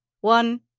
one